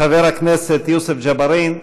חבר הכנסת יוסף ג'בארין,